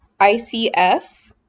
ICF